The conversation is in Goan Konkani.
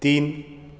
तीन